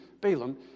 Balaam